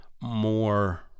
more